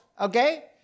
Okay